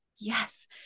Yes